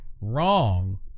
Wrong